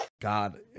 God